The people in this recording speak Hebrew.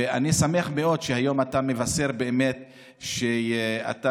ואני שמח מאוד שהיום אתה מבשר באמת שנתת